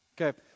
Okay